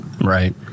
Right